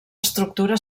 estructura